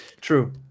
True